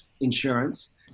insurance